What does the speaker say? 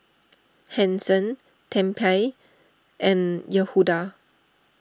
Hanson Tempie and Yehuda